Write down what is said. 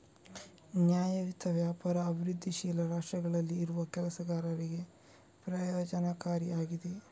ನ್ಯಾಯಯುತ ವ್ಯಾಪಾರ ಅಭಿವೃದ್ಧಿಶೀಲ ರಾಷ್ಟ್ರಗಳಲ್ಲಿ ಇರುವ ಕೆಲಸಗಾರರಿಗೆ ಪ್ರಯೋಜನಕಾರಿ ಆಗಿದೆ